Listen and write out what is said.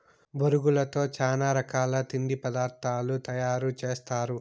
బొరుగులతో చానా రకాల తిండి పదార్థాలు తయారు సేస్తారు